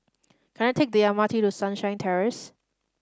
can I take the M R T to Sunshine Terrace